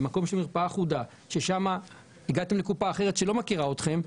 למקום של מרפאה אחודה ושם הגעתם לקופה אחרת שלא מכירה אתכם,